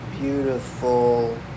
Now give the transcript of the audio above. beautiful